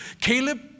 Caleb